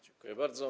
Dziękuję bardzo.